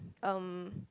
um